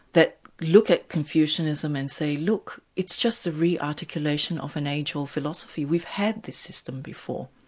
that look at confucianism and say, look, it's just a rearticulation of an age-old philosophy, we've had the system before,